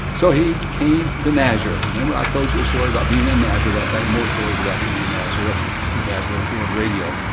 so he came to nazareth. remember, i told you a story about being in nazareth, i'll tell you more stories about being in nazareth with adventist world radio.